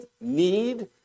need